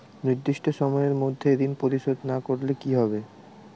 নির্দিষ্ট সময়ে মধ্যে ঋণ পরিশোধ না করলে কি হবে?